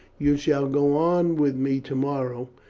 you shall go on with me tomorrow,